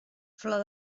flor